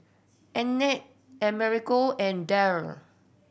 Annette Amerigo and Daryl